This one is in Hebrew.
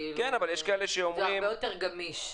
זה הרבה יותר גמיש.